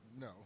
No